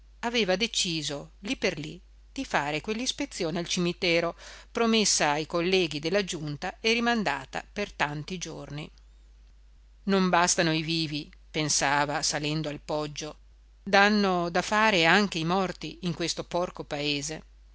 aveva deciso lì per lì di fare quell'ispezione al cimitero promessa ai colleghi della giunta e rimandata per tanti giorni non bastano i vivi pensava salendo al poggio danno da fare anche i morti in questo porco paese